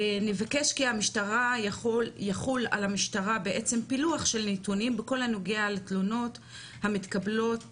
נבקש כי יחול על המשטרה פילוח של הנתונים בכל הנוגע לתלונות המתקבלות